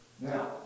Now